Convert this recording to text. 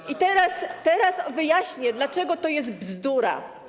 I teraz wyjaśnię, dlaczego to jest bzdura.